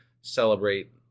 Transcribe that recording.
celebrate